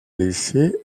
laissés